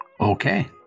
Okay